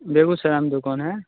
बेगूसराय में दुकान है